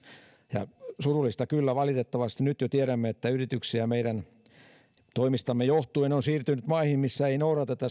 ja surullista kyllä valitettavasti nyt jo tiedämme että meidän toimistamme johtuen yrityksiä on siirtynyt maihin missä ei noudateta